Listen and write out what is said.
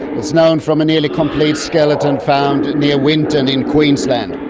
it's known from a nearly complete skeleton found near winton in queensland.